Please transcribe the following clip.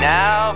now